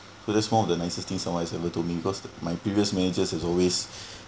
so that's one of the nicest thing somebody has ever told me because my previous managers has always